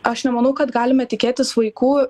aš nemanau kad galime tikėtis vaikų